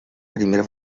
primer